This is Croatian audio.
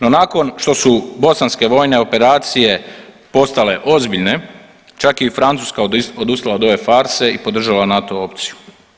No, nakon što su bosanske vojne operacije postale ozbiljne čak je i Francuska odustala od ove farse i podržala NATO opciju.